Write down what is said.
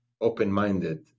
open-minded